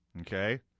Okay